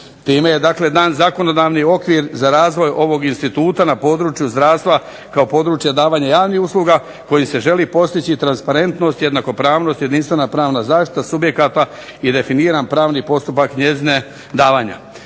Time je dakle dan zakonodavni okvir za razvoj ovog instituta na području zdravstva kao područje davanje javnih usluga kojim se želi postići transparentnost, jednakopravnost, jedinstvena pravna zaštita subjekata i definiran pravni postupak njezina davanja.